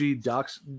ducks